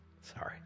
Sorry